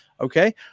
Okay